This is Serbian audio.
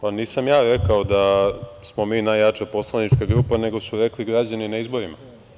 Pa, nisam ja rekao da smo mi najjača poslanika grupa, nego su rekli građani na izborima.